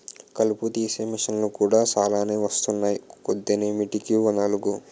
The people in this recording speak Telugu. కలుపు తీసే మిసన్లు కూడా సాలానే వొత్తన్నాయ్ కొనేద్దామేటీ ఓ నాలుగు?